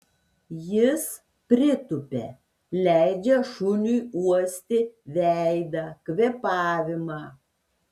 jis pritupia leidžia šuniui uosti veidą kvėpavimą